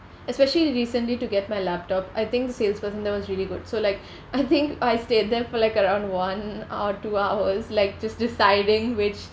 especially recently to get my laptop I think salesperson there was really good so like I think I stayed there for like around one hour two hours like just deciding which